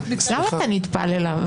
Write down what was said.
למה אתה נטפל אליו?